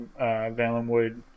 Valenwood